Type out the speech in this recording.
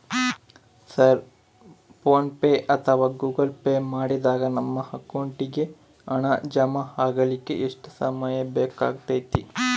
Sir PhonePe ಅಥವಾ Google Pay ಮಾಡಿದಾಗ ನಮ್ಮ ಅಕೌಂಟಿಗೆ ಹಣ ಜಮಾ ಆಗಲಿಕ್ಕೆ ಎಷ್ಟು ಸಮಯ ಬೇಕಾಗತೈತಿ?